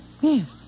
Yes